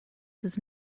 does